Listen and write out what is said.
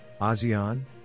ASEAN